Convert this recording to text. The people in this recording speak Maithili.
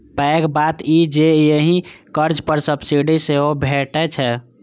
पैघ बात ई जे एहि कर्ज पर सब्सिडी सेहो भैटै छै